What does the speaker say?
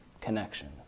connection